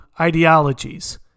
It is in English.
ideologies